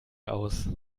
aus